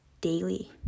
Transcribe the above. daily